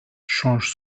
change